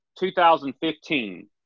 2015